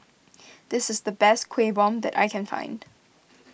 this is the best Kuih Bom that I can find